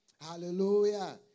Hallelujah